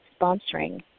sponsoring